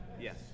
Yes